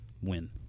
win